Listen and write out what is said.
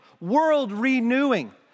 world-renewing